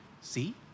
See